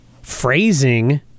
phrasing